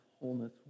wholeness